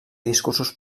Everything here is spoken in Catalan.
discursos